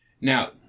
Now